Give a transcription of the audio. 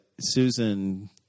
Susan